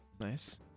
nice